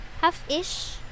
half-ish